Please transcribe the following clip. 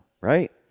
right